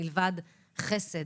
מלבד חסד.